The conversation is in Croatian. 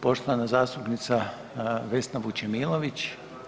Poštovana zastupnica Vesna Vučemilović.